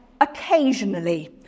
occasionally